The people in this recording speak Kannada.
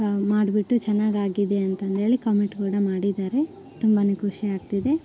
ಮಾಡಿಬಿಟ್ಟು ಚೆನ್ನಾಗಾಗಿದೆ ಅಂತಂದೇಳಿ ಕಮೆಂಟ್ ಕೂಡ ಮಾಡಿದ್ದಾರೆ ತುಂಬಾ ಖುಷಿ ಆಗ್ತಿದೆ